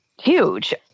huge